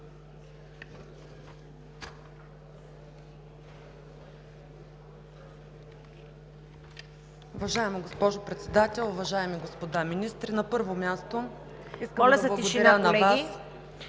Уважаема госпожо Председател, уважаеми господа министри! На първо място, искам да благодаря на Вас…